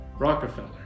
Rockefeller